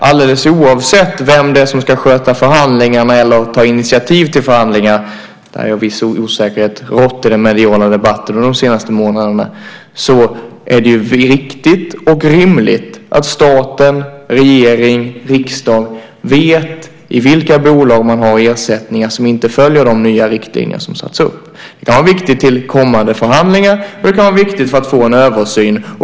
Alldeles oavsett vem det är som ska sköta förhandlingarna eller ta initiativ till förhandlingar - där har en viss osäkerhet rått i debatten i medierna under de senaste månaderna - är det riktigt och rimligt att staten, regeringen och riksdagen vet i vilka bolag man har ersättningar som inte följer de nya riktlinjer som satts upp. Det kan vara viktigt till kommande förhandlingar, och det kan vara viktigt för att få en översyn.